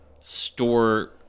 store